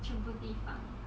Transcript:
全部地方